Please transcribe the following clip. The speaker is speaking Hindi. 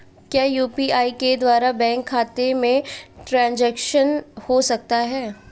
क्या यू.पी.आई के द्वारा बैंक खाते में ट्रैन्ज़ैक्शन हो सकता है?